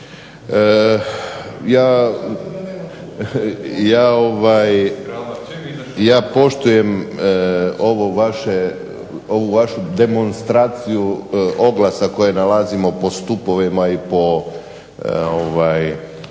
Ja poštujem ovu vašu demonstraciju oglasa koje nalazimo po stupovima i po